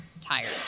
tired